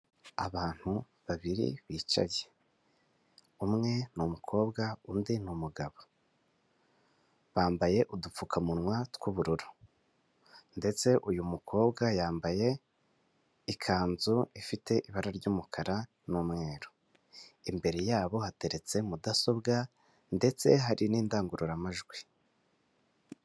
Abantu babiri bicaye umwe ni umukobwa undi ni umugabo bambaye udupfukamunwa tw'ubururu ndetse uyu mukobwa yambaye ikanzu ifite ibara ry'umukara n'umweru, imbere yabo hateretse mudasobwa ndetse hari n'indangururamajwi.